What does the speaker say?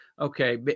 okay